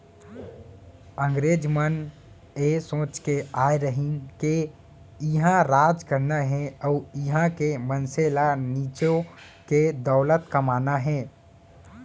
अंगरेज मन ए सोच के आय रहिन के इहॉं राज करना हे अउ इहॉं के मनसे ल निचो के दौलत कमाना हे